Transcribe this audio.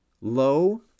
low